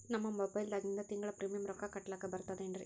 ನಮ್ಮ ಮೊಬೈಲದಾಗಿಂದ ತಿಂಗಳ ಪ್ರೀಮಿಯಂ ರೊಕ್ಕ ಕಟ್ಲಕ್ಕ ಬರ್ತದೇನ್ರಿ?